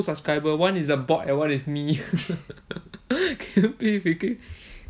subscribers one is a bot and one is me